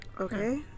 Okay